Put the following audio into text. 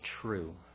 true